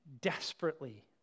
desperately